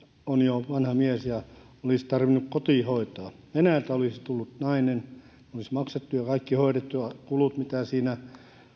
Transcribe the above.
on jo vanha mies ja olisi tarvinnut kotihoitoa venäjältä olisi tullut nainen olisi maksettu ja hoidettu kaikki kulut mitä siinä